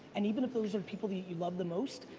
and even if those are the people that you love the most,